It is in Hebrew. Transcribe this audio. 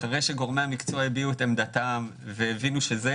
אחרי שגורמי המקצוע הביעו את עמדתם והבינו שזו